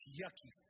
yucky